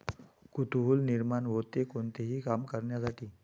कुतूहल निर्माण होते, कोणतेही काम करण्यासाठी